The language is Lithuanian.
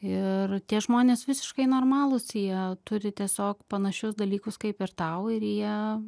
ir tie žmonės visiškai normalūs jie turi tiesiog panašius dalykus kaip ir tau ir jie